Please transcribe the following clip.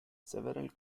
several